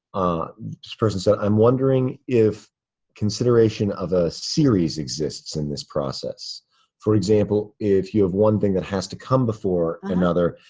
this person said, i'm wondering if consideration of a series exists in this process for example, if you have one thing that has to come before another,